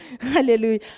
Hallelujah